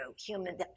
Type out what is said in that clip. human